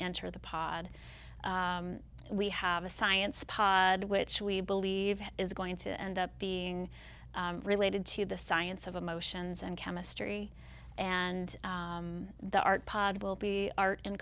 enter the pod we have a science pod which we believe is going to end up being related to the science of emotions and chemistry and the art pod will be art in